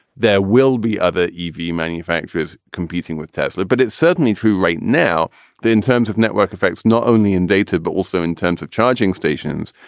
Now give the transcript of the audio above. there will be other e v. manufacturers competing with tesla. but it's certainly true right now in terms of network effects, not only in data, but also in terms of charging stations.